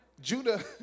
Judah